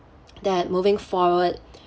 that moving forward